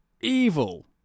evil